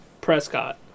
Prescott